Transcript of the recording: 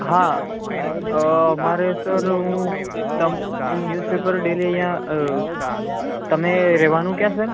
હા મારે સર હું તમને ન્યુઝપેપર ડેયલી અહીંયા તમે રહેવાનું ક્યાં સર